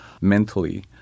mentally